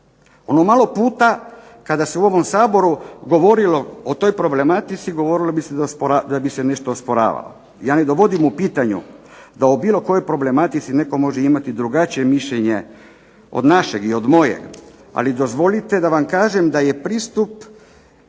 Ono malo puta kada se u ovom Saboru govorilo o toj problematici, govorilo bi se da bi se nešto osporavalo. Ja ne dovodim u pitanje da o bilo kojoj problematici netko može imati drugačije mišljenje od našeg i od mojeg, ali dozvolite da vam kažem da je pristup